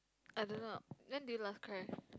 I don't know when did you last cry